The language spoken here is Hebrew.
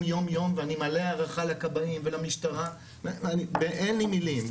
יום-יום ואני מלא הערכה לכבאים ולמשטרה ואין לי מילים,